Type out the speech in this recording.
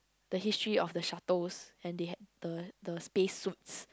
the history of the shuttles and they had the the spacesuits